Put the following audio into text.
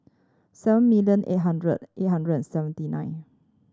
seven million eight hundred eight hundred and seventy nine